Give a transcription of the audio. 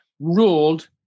Ruled